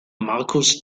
marcus